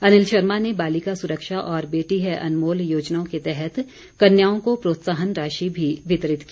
अनिल शर्मा ने बालिका सुरक्षा और बेटी है अनमोल योजनाओं के तहत कन्याओं को प्रोत्साहन राशि भी वितरित की